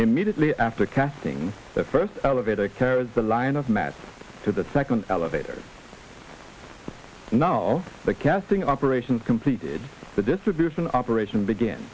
immediately after casting the first elevator carries the line of matt to the second elevator and no the casting operation is completed the distribution operation begin